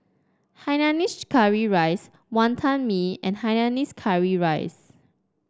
Hainanese Curry Rice Wonton Mee and Hainanese Curry Rice